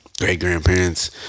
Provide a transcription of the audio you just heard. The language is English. Great-grandparents